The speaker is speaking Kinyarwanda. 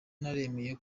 naremeye